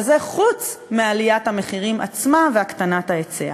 וזה חוץ מעליית המחירים עצמה והקטנת ההיצע.